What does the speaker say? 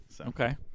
Okay